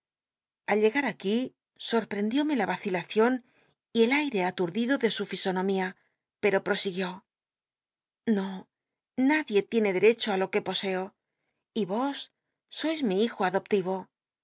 al llcgat aquí soptendióme lrt vacilaci el aire aturdido de su fisonomía pci'o prosiguió no nadie tiene dc echo i lo que po c o os sois mi hijo adoptiro